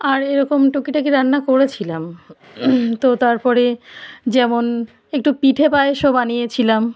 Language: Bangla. আর এরকম টুকিটাকি রান্না করেছিলাম তো তারপরে যেমন একটু পিঠে পায়েসও বানিয়েছিলাম